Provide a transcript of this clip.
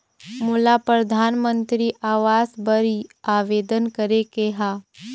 मोला परधानमंतरी आवास बर आवेदन करे के हा?